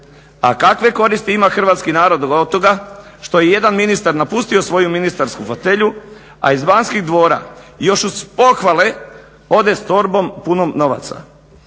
A kakve koristi ima hrvatski narod od toga što je jedan ministar napustio svoju ministarsku fotelju, a iz Banskih dvora još uz pohvale ode s torbom punom novaca.